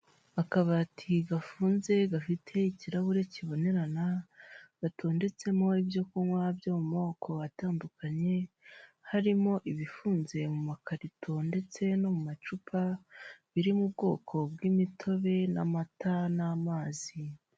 Akabati gafunze gafite ikirahure kibonerana gatondetsemo ibyo kunywa byo mu moko atandukanye, harimo ibifunze mu makarito ntetse no macupa biri mu bwoko bw'imtobe n'amata n'amazi.